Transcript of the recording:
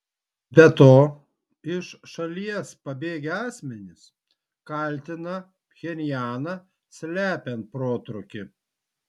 be to iš šalies pabėgę asmenys kaltina pchenjaną slepiant protrūkį